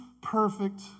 perfect